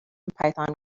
python